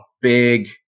big